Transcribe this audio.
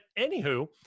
anywho